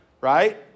right